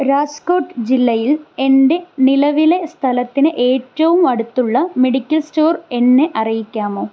രാജ്കോട്ട് ജില്ലയിൽ എൻ്റെ നിലവിലെ സ്ഥലത്തിന് ഏറ്റവും അടുത്തുള്ള മെഡിക്കൽ സ്റ്റോർ എന്നെ അറിയിക്കാമോ